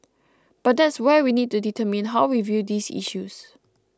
but that's where we need to determine how we view these issues